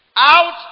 Out